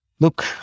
Look